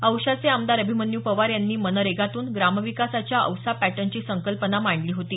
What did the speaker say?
औशाचे आमदार अभिमन्यू पवार यांनी मनरेगातून ग्रामविकासाच्या औसा पॅटर्नची संकल्पना मांडली होती